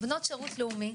בנות שירות לאומי,